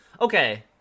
Okay